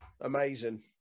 Amazing